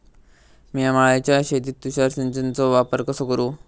मिया माळ्याच्या शेतीत तुषार सिंचनचो वापर कसो करू?